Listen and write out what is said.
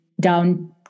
down